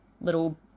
little